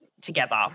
together